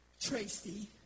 Tracy